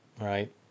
Right